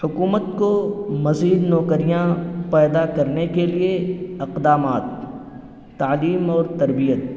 حکومت کو مزید نوکریاں پیدا کرنے کے لیے اقدامات تعلیم اور تربیت